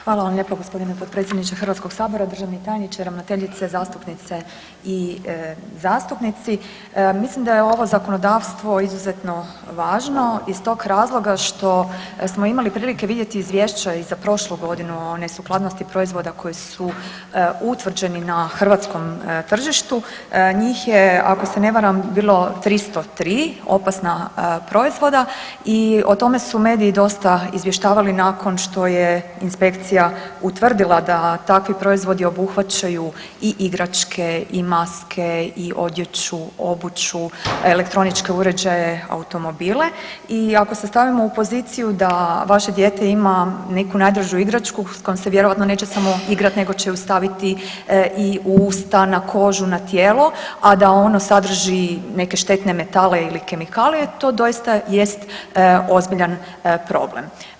Hvala vam lijepo potpredsjedniče Hrvatskoga sabora, državni tajniče, ravnateljice, zastupnice i zastupnici, mislim da je ovo zakonodavstvo izuzetno važno iz tog razloga što smo imali prilike vidjeti Izvješća i za prošlu godinu o nesukladnosti proizvoda koji su utvrđeni na Hrvatskom tržištu, njih je ako se ne varam bilo 303 opasna proizvoda i o tome su mediji dosta izvještavali nakon što je inspekcija utvrdila da takvi proizvodi obuhvaćaju i igračke i maske i odjeću, obuću, elektroničke uređaje, automobile i ako se stavimo u poziciju da vaše dijete ima neku najdražu igračku s kojom se vjerojatno neće samo igrat nego će je stavit i u usta, na kožu, na tijelo a da ono sadrži neke štetne metale ili kemikalije, to doista jest ozbiljan problem.